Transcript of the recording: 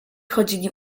chodzili